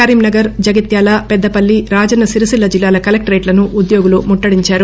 కరీంనగర్ జగిత్యాల పెద్దపల్లి రాజన్న సిరిసిల్ల జిల్లాల కలెక్టరేట్లను ఉద్యోగులు ముట్టడించారు